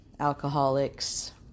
Alcoholics